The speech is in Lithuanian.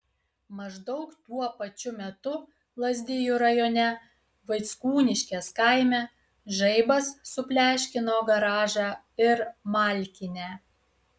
maždaug tuo pačiu metu lazdijų rajone vaickūniškės kaime žaibas supleškino garažą ir malkinę